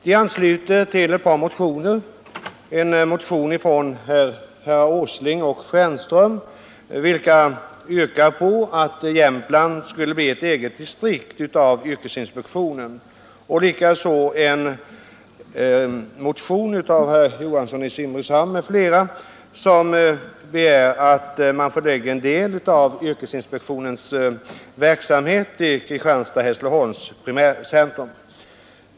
Den ansluter till ett par motioner, nämligen en motion av herrar Åsling och Stjernström, vilka yrkar på att Jämtlands län skall bli ett eget distrikt av yrkesinspektionen, och en motion av herr Johansson i Simrishamn m.fl., som begär att man förlägger en del av yrkesinspektionens verksamhet till Kristianstad-Hässleholm primärcentrum.